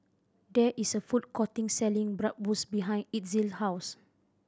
there is a food courting selling Bratwurst behind Itzel's house